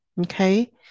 Okay